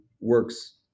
works